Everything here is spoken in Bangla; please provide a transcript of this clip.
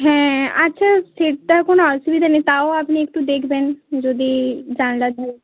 হ্যাঁ আচ্ছা সিটটা কোনও অসুবিধা নেই তাও আপনি একটু দেখবেন যদি জানলার ধারে